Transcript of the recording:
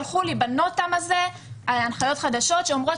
שלחו לי ב-NOTAM הנחיות חדשות שאומרות